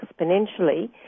exponentially